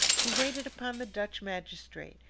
he waited upon the dutch magistrate,